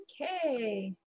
Okay